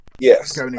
Yes